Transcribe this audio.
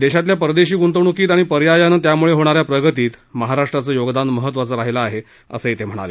देशातल्या परदेशी गुंतवणुकीत आणि पर्यायानं त्यामुळे होणाऱ्या प्रगतीत महाराष्ट्राचं योगदान महत्वाचं राहिलं आहे असं ते म्हणाले